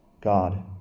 God